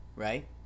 right